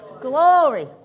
Glory